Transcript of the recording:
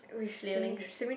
flailing his